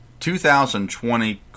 2020